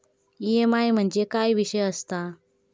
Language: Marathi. ई.एम.आय म्हणजे काय विषय आसता?